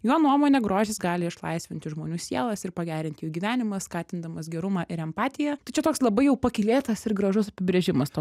jo nuomone grožis gali išlaisvinti žmonių sielas ir pagerinti jų gyvenimą skatindamas gerumą ir empatiją tai čia toks labai jau pakylėtas ir gražus apibrėžimas to